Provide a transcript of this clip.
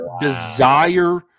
desire